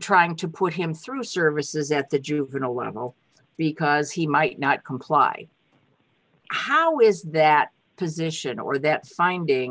trying to put him through a service is that the juvenile level because he might not comply how is that position or that finding